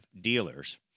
dealers